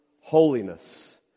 holiness